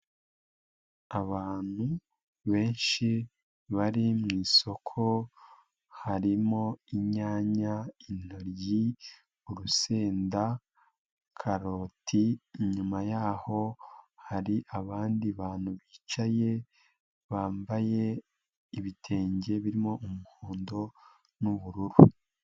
Abantu benshi bari mu isoko harimo inyanya, intoryi, urusenda, karoti, inyuma yaho hari abandi bantu bicaye bambaye ibitenge birimo umuhondo n'ubururu.